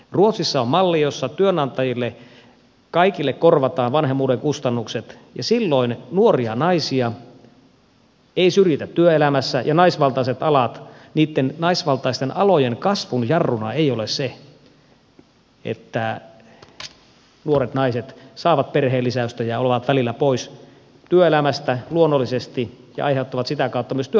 ruotsissa on malli jossa kaikille työnantajille korvataan vanhemmuuden kustannukset ja silloin nuoria naisia ei syrjitä työelämässä ja naisvaltaisten alojen kasvun jarruna ei ole se että nuoret naiset saavat perheenlisäystä ja ovat välillä pois työelämästä luonnollisesti ja aiheuttavat sitä kautta myös työnantajalle kustannuksia